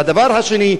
והדבר השני,